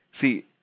See